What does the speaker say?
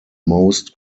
most